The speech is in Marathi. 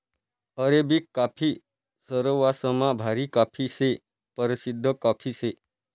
अरेबिक काफी सरवासमा भारी काफी शे, परशिद्ध कॉफी शे